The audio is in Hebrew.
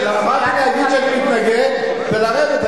באתי להגיד שאני מתנגד ולרדת,